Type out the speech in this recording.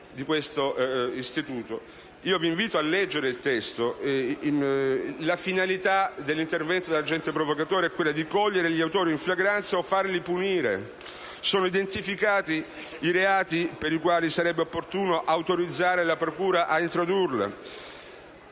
di questo istituto. Colleghi, vi invito a leggere il testo dell'emendamento. La finalità dell'intervento dell'agente provocatore è quella di cogliere gli autori in flagranza o comunque di farli punire. Sono identificati i reati per i quali sarebbe opportuno autorizzare la procura a introdurre